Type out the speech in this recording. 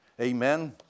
Amen